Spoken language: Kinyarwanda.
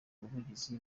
ubuvugizi